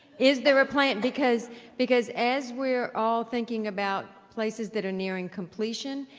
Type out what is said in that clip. is there a plan? because because as we're all thinking about places that are nearing completion,